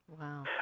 Wow